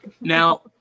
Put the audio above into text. Now